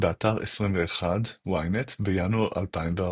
באתר ynet, 21 בינואר 2014